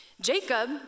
Jacob